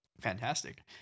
fantastic